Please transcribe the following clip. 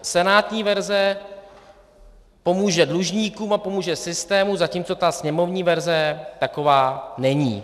Senátní verze pomůže dlužníkům a pomůže systému, zatímco ta sněmovní verze taková není.